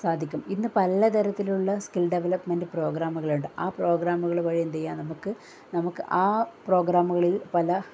സാധിക്കും ഇന്ന് പല തരത്തിലുള്ള സ്കിൽ ഡെവലപ്മെന്റ് പ്രോഗ്രാമുകളുണ്ട് ആ പ്രോഗ്രാമുകള് വഴി എന്തെയ്യാ നമുക്ക് നമുക്ക് ആ പ്രോഗ്രാമുകളിൽ പല